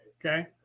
okay